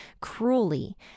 cruelly